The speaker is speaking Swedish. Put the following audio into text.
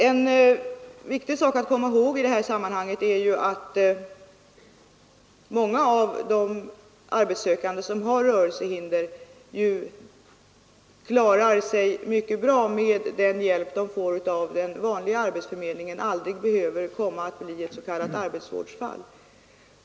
En viktig sak att komma ihåg i detta sammanhang är att många av de arbetssökande som har rörelsehinder klarar sig bra med den hjälp de får i den vanliga arbetsförmedlingsverksamheten och aldrig behöver bli s.k. arbetsvårdsfall.